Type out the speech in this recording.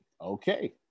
okay